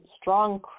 strong